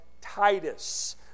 Titus